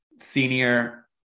Senior